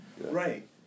right